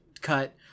cut